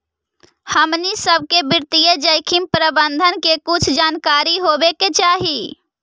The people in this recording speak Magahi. हमनी सब के वित्तीय जोखिम प्रबंधन के कुछ जानकारी होवे के चाहि